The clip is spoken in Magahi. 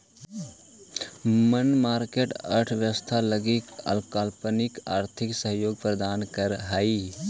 मनी मार्केट अर्थव्यवस्था लगी अल्पकालिक आर्थिक सहयोग प्रदान करऽ हइ